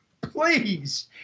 please